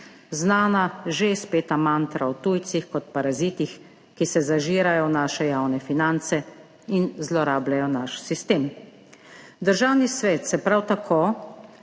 Znana že izpeta mantra o tujcih kot parazitih, ki se zažirajo v naše javne finance in zlorabljajo naš sistem. Državni svet se prav tako